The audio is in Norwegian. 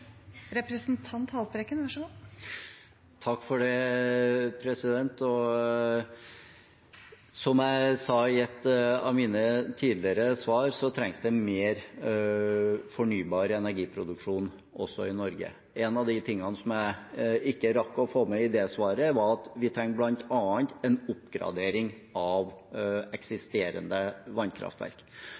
Som jeg sa i et av mine tidligere svar, trengs det mer fornybar energiproduksjon også i Norge. En av de tingene som jeg ikke rakk å få med i det svaret, var at vi bl.a. trenger en oppgradering av eksisterende vannkraftverk.